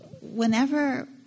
whenever